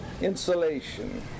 Insulation